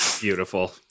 Beautiful